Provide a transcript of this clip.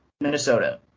Minnesota